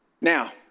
Now